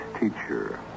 teacher